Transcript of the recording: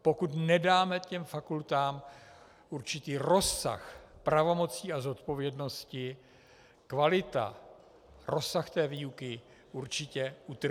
Pokud nedáme fakultám určitý rozsah pravomocí a zodpovědnosti, kvalita, rozsah výuky určitě utrpí.